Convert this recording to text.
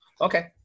Okay